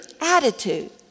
attitude